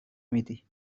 میدی